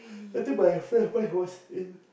after my friend buy house in